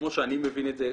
כמו שאני מבין את זה,